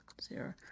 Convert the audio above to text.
Zero